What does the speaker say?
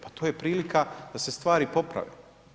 Pa to je prilika da se stvari poprave.